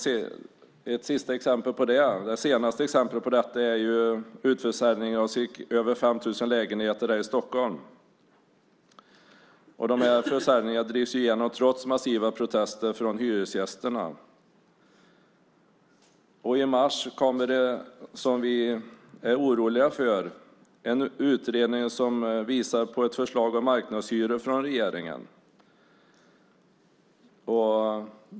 Det senaste exemplet på detta är utförsäljningen av över 5 000 lägenheter här i Stockholm. Dessa försäljningar drivs igenom trots massiva protester från hyresgästerna. I mars kommer det som vi är oroliga för: en utredning som visar på ett förslag från regeringen om marknadshyror.